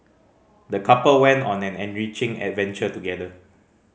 the couple went on an enriching adventure together